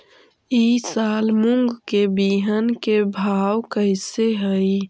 ई साल मूंग के बिहन के भाव कैसे हई?